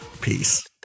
peace